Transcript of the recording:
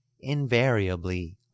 invariably